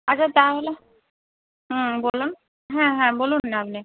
আচ্ছা তাহলে হুম বলুন হ্যাঁ হ্যাঁ বলুন না আপনি